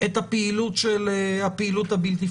את הפעילות הבלתי-פורמלית.